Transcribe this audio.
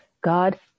God